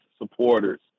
supporters